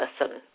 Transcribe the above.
listen